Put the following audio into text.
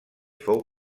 fou